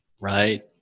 Right